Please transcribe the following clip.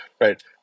right